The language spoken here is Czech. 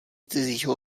cizího